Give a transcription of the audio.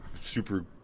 super